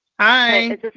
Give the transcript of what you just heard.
hi